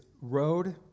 road